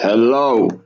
Hello